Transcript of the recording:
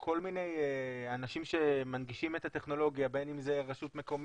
כל מיני אנשים שמנגישים את הטכנולוגיה בין אם זה רשות מקומית,